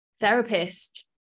therapist-